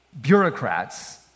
bureaucrats